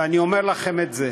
ואני אומר לכם את זה: